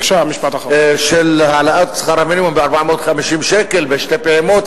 של העלאת שכר המינימום ב-450 שקל בשתי פעימות,